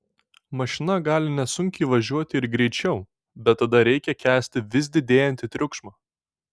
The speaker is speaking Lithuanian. mašina gali nesunkiai važiuoti ir greičiau bet tada reikia kęsti vis didėjantį triukšmą